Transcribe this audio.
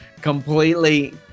completely